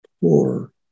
poor